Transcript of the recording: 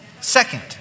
second